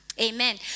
amen